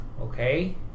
Okay